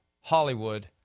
Hollywood